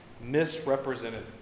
misrepresented